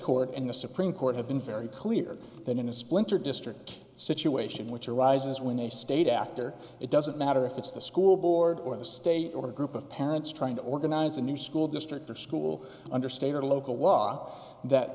court and the supreme court have been very clear that in a splinter district situation which arises when a state actor it doesn't matter if it's the school board or the state or a group of parents trying to organize a new school district or school under state and local law that